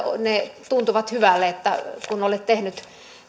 ne tuntuvat hyvälle kun olet tehnyt